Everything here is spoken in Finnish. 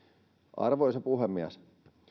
arvoisa puhemies